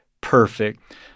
perfect